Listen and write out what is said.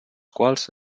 quals